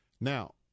Now